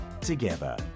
together